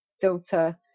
filter